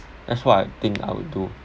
that's what I think I would do